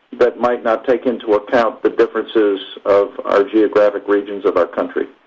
that might not take into account the differences of our geographic regions of our country.